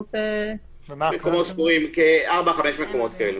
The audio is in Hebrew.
מקומות ספורים, כארבעה, חמישה כאלה.